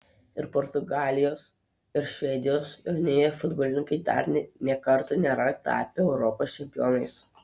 ir portugalijos ir švedijos jaunieji futbolininkai dar nė karto nėra tapę europos čempionais